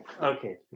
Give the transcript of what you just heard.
Okay